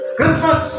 Christmas